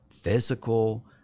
physical